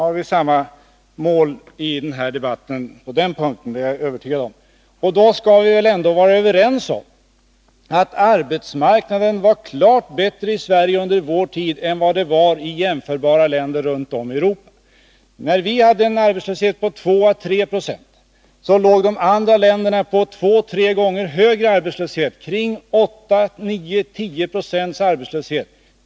På den punkten är jag övertygad om att vi har samma mål i den här debatten. I så fall skall vi väl kunna vara överens om att arbetsmarknaden i Sverige under vår tid var klart bättre än den var i jämförbara länder runt om i Europa. När vi hade en arbetslöshet på 2 å 3 20, var arbetslösheten i andra länder två tre gånger högre — 8, 9, 10 Z6.